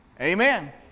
Amen